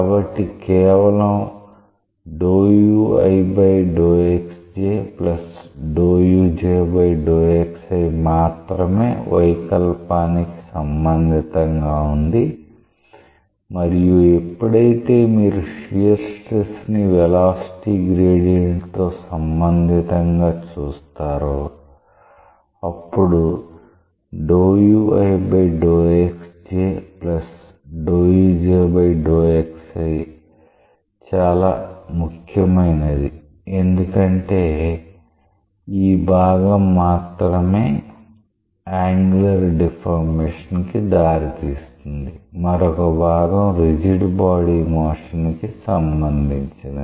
కాబట్టి కేవలం మాత్రమే వైకల్పానికి సంబంధితంగా ఉంది మరియు ఎప్పుడైతే మీరు షియర్ స్ట్రెస్ ని వెలాసిటీ గ్రేడియంట్ తో సంబంధితంగా చూస్తారో అప్పుడు చాలా ముఖ్యమైనది ఎందుకంటే ఈ భాగం మాత్రమే యాంగులర్ డిఫార్మేషన్ కి దారి తీస్తుంది మరొక భాగం రిజిడ్ బాడీ మోషన్ కి సంబంధించింది